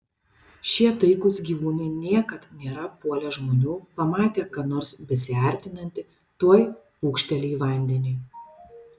šie taikūs gyvūnai niekad nėra puolę žmonių pamatę ką nors besiartinantį tuoj pūkšteli į vandenį